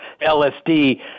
LSD